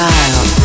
Style